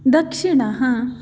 दक्षिणः